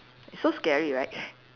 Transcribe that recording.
so scary right